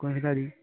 कौनसा गाड़ी